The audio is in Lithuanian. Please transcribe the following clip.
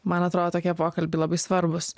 man atro tokie pokalbiai labai svarbūs